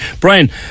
Brian